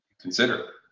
Consider